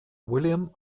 william